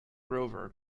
grover